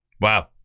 Wow